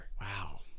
Wow